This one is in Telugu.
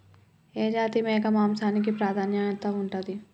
ఏ జాతి మేక మాంసానికి ప్రాధాన్యత ఉంటది?